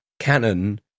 canon